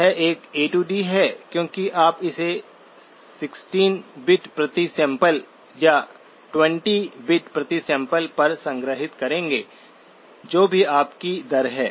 यह एक A D है क्योंकि आप इसे 16 बिट प्रति सैंपलिंग या 20 बिट प्रति सैंपलिंग पर संग्रहीत करेंगे जो भी आपकी दर है